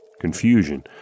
confusion